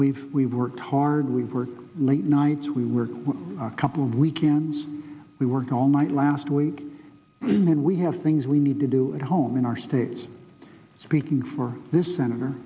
we've we worked hard we work late nights we work a couple of weekends we work all night last week and then we have things we need to do at home in our state speaking for this senator